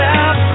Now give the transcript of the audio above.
out